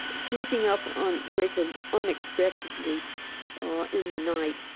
sneaking up on jacob unexpectedly in the night,